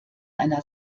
einer